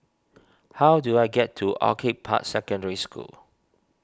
how do I get to Orchid Park Secondary School